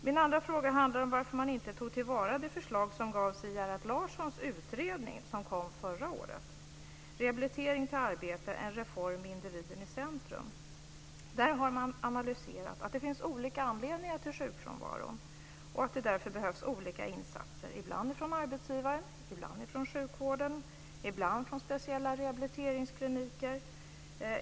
Min andra fråga handlar om varför man inte tog till vara förslaget i Gerhard Larssons utredning som kom förra året, Rehabilitering till arbete - en reform med individen i centrum. Där har man analyserat att det finns olika anledningar till sjukfrånvaron och att det därför behövs olika insatser - ibland från arbetsgivaren, ibland från sjukvården och ibland från speciella rehabiliteringskliniker.